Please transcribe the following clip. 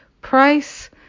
price